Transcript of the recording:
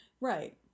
Right